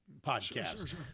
podcast